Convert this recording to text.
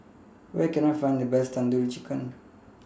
Where Can I Find The Best Tandoori Chicken